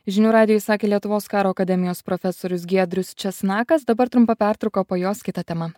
žinių radijui sakė lietuvos karo akademijos profesorius giedrius česnakas dabar trumpa pertrauka o po jos kita tema